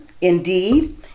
Indeed